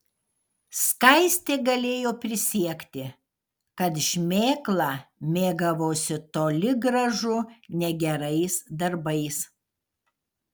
skaistė galėjo prisiekti kad šmėkla mėgavosi toli gražu ne gerais darbais